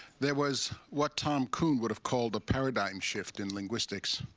there was what tom kuhn would have called a paradigm shift in linguistics.